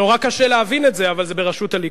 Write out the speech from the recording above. בראשות הליכוד.